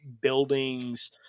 buildings